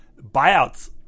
Buyouts